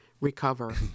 recover